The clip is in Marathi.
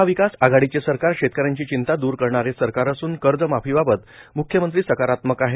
महाविकास आघाडीचे सरकार शेतकऱ्यांची चिंता दूर करणारे सरकार असून कर्ज माफीबाबत म्ख्यमंत्री सकारात्मक आहेत